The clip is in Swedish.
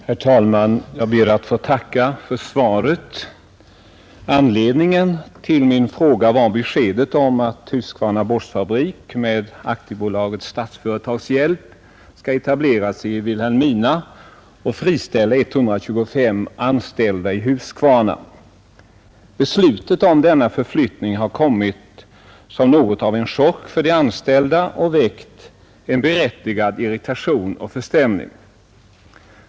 för utbildning av Herr talman! Jag ber att få tacka för svaret. invandrare Anledningen till min fråga var beskedet att Huskvarna Borstfabrik med AB Statsföretags hjälp skall etablera sig i Vilhelmina och friställa 125 anställda i Huskvarna. Beslutet om denna förflyttning har kommit som något av en chock för de anställda och väckt berättigad irritation och förstämning.